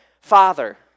father